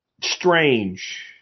strange